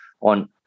on